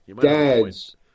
dad's